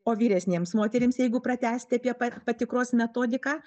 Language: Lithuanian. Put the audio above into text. o vyresnėms moterims jeigu pratęsti apie pa patikros metodiką